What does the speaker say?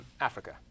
Africa